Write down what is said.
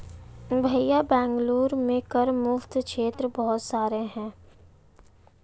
भैया बेंगलुरु में कर मुक्त क्षेत्र बहुत सारे हैं